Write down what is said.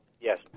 Yes